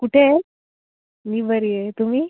कुठे आहे मी बरी आहे तुम्ही